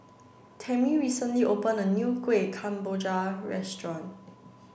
Tammi recently opened a new Kueh Kemboja Restaurant